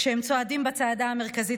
כשהם צועדים בצעדה המרכזית.